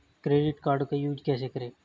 Credit card का use कैसे करें?